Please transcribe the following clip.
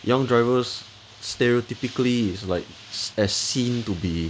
young drivers stereotypically is like as seen to be